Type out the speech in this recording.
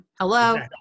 Hello